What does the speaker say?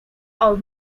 are